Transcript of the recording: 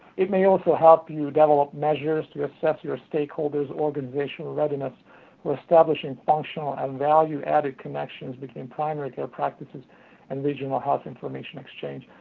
it may also help you develop measures to assess your stakeholders' organizational readiness for establishing functional and value added connections between primary care practices and regional health information exchanges.